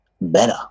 better